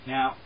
Now